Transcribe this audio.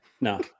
No